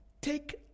take